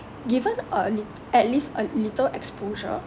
given a lit~ at least a little exposure